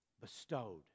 bestowed